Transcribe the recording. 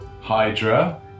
Hydra